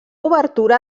obertura